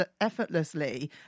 effortlessly